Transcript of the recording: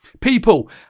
People